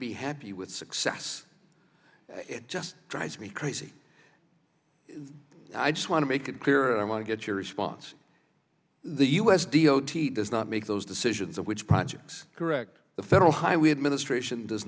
be happy with success it just drives me crazy i just want to make it clear i want to get your response the u s d o t does not make those decisions of which projects correct the federal highway administration does